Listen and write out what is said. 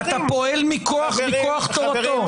אתה פועל מכוח תורתו.